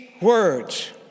words